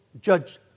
judge